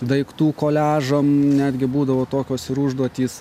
daiktų koliažam netgi būdavo tokios ir užduotys